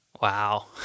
Wow